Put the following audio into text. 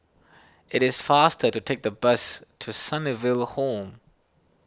it is faster to take the bus to Sunnyville Home